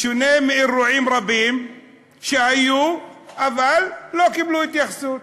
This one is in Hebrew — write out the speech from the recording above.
בשונה מאירועים רבים שהיו אבל לא קיבלו התייחסות.